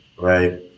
right